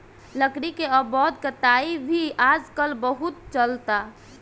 लकड़ी के अवैध कटाई भी आजकल बहुत चलता